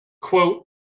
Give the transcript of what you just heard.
quote